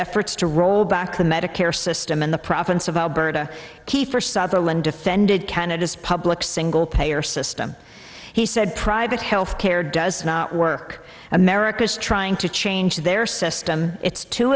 efforts to roll back the medicare system in the province of alberta keifer sutherland defended canada's public single payer system he said private health care does not work america is trying to change their system it's too